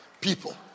People